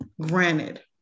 granted